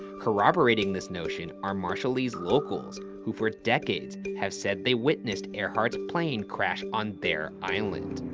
corroborating this notion are marshallese locals who for decades have said they witnessed earhart's plane crash on their island.